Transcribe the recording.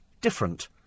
different